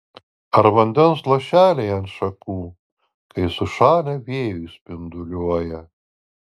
ar vandens lašeliai ant šakų kai sušalę vėjuj spinduliuoja